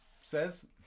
says